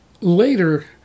later